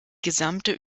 gesamte